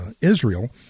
Israel